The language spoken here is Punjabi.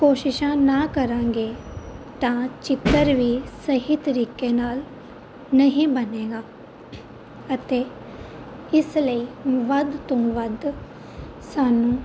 ਕੋਸ਼ਿਸ਼ਾਂ ਨਾ ਕਰਾਂਗੇ ਤਾਂ ਚਿੱਤਰ ਵੀ ਸਹੀ ਤਰੀਕੇ ਨਾਲ ਨਹੀਂ ਬਣੇਗਾ ਅਤੇ ਇਸ ਲਈ ਵੱਧ ਤੋਂ ਵੱਧ ਸਾਨੂੰ